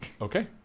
Okay